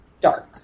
dark